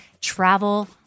travel